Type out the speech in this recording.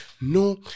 no